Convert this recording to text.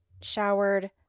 showered